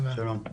שלום.